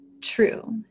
true